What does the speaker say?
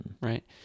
right